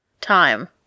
Time